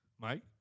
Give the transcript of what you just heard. Mike